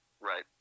Right